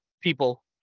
people